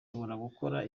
gukora